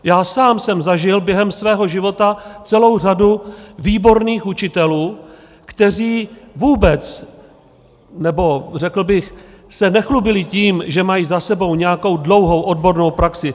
Já sám jsem zažil během svého života celou řadu výborných učitelů, kteří vůbec, nebo se nechlubili tím, že mají za sebou nějakou dlouhou odbornou praxi.